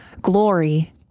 Glory